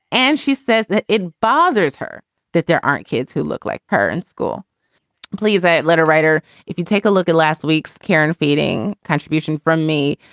and she says that it bothers her that there aren't kids who look like her in school please, a letter writer. if you take a look at last week's karen feting contribution from me,